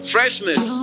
Freshness